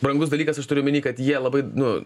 brangus dalykas aš turiu omeny kad jie labai nu